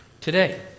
today